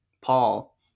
Paul